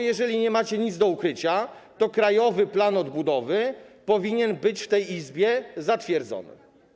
Jeżeli nie macie nic do ukrycia, to krajowy plan odbudowy powinien być w tej Izbie zatwierdzony.